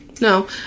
No